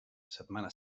setmana